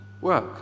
work